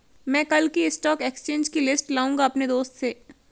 मै कल की stock exchange की लिस्ट लाऊंगा अपने दोस्त से